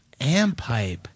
Ampipe